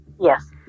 Yes